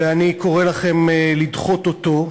ואני קורא לכם לדחות אותו.